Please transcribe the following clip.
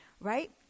right